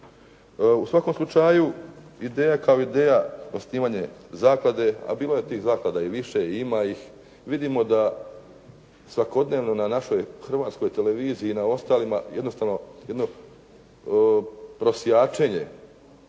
U svakom slučaju, ideja kao ideja osnivanje zaklade, a bilo je tih zaklada i više i ima ih. Vidimo da svakodnevno na našoj Hrvatskoj televiziji i na ostalima, jednostavno jedno prosjačenje,